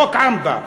חוק עמבה,